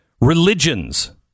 Religions